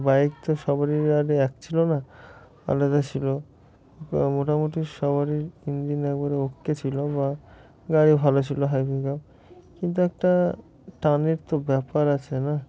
bike তো সবারই আর এক ছিল না আলাদা ছিল মোটামুটি সবারই ইঞ্জিন একেবারে ও কে ছিল বা গাড়ি ভালো ছিল হাই পিক আপ কিন্তু একটা টানের তো ব্যাপার আছে না